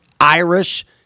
Irish